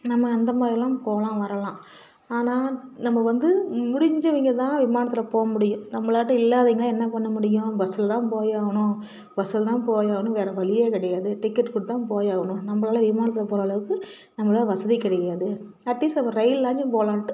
நம்ம அந்தமாதிரில்லாம் போகலாம் வரலாம் ஆனால் நம்ம வந்து முடிஞ்சவைங்க தான் விமானத்தில் போக முடியும் நம்மளாட்டம் இல்லாதவைங்கள் எல்லாம் என்ன பண்ண முடியும் பஸ்ஸில் தான் போயாவணும் பஸ்ஸில் தான் போயாவணும் வேறு வழியே கிடையாது டிக்கெட் கொடுத்து தான் போயாவணும் நம்பளால் விமானத்தில் போகற அளவுக்கு நம்மளால் வசதி கிடையாது அட்லீஸ்ட் நம்ம ரயில்யாச்சும் போகலாண்ட்டு